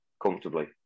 Comfortably